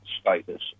status